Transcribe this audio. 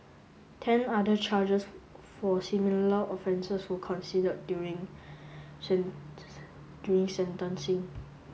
ten other charges for similar offences were considered during during sentencing